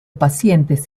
pacientes